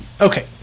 okay